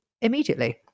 immediately